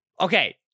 Okay